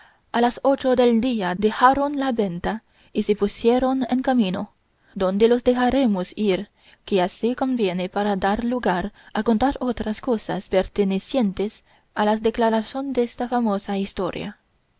a las ocho del día dejaron la venta y se pusieron en camino donde los dejaremos ir que así conviene para dar lugar a contar otras cosas pertenecientes a la declaración desta famosa historia